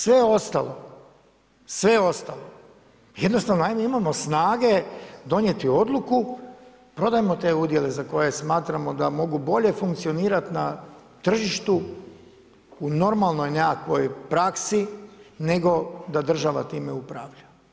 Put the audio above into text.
Sve ostalo jednostavno ajde imamo snage donijeti odluku prodajmo te udjele za koje smatramo da mogu bolje funkcionirati na tržištu u normalnoj nekakvoj praksi nego da država time upravlja.